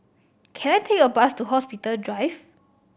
can I take a bus to Hospital Drive